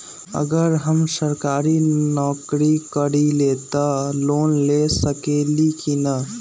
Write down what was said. अगर हम सरकारी नौकरी करईले त हम लोन ले सकेली की न?